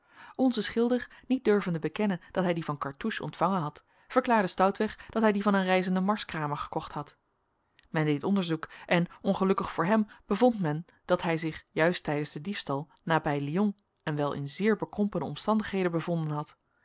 onze schilder niet durvende bekennen dat hij die van cartouche ontvangen had verklaarde stoutweg dat hij die van een reizenden marskramer gekocht had men deed onderzoek en ongelukkig voor hem bevond men dat hij zich juist tijdens den diefstal nabij lyon en wel in zeer bekrompene omstandigheden bevonden had